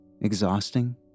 exhausting